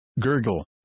gurgle